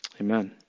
Amen